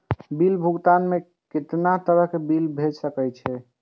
Bill भुगतान में कितना तरह के बिल भेज सके छी?